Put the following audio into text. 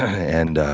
and